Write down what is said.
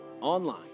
online